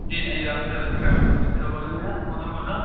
जी जी अस travel agency थमां बोलै ने आं उधमपुर दा